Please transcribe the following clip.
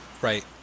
Right